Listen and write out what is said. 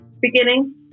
beginning